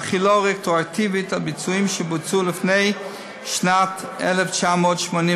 להחילו רטרואקטיבית על ביצועים שבוצעו לפני שנת 1984,